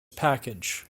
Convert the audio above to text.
package